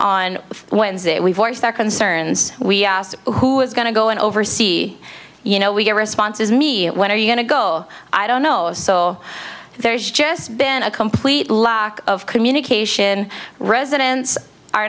on wednesday we voiced their concerns we asked who is going to go and over see you know we get responses me when are you going to go i don't know so there's just been a complete lack of communication residents are